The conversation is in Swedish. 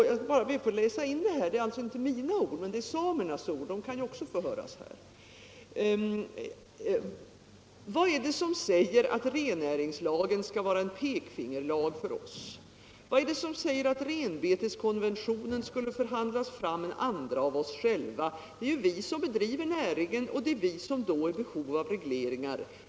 Jag skall bara be att få läsa in detta i kammarens protokoll. Det är alltså inte mina ord utan samernas ord — de kan ju också få höras här: ”Vad är det som säger, att rennäringslagen skall vara en pekfingerlag för oss?” Vad är det som säger ”art renbeteskonventionen skulle förhandlas fram av andra än av oss själva? Det är ju vi som bedriver näringen och det är vi som då är i behov av regleringar.